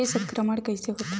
के संक्रमण कइसे होथे?